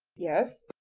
yes,